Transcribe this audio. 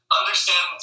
understand